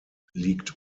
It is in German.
liegt